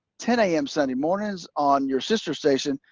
ten a m. sunday mornings on your sister station,